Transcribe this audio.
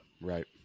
right